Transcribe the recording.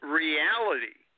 reality